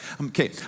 Okay